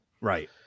Right